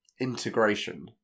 integration